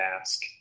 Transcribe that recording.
ask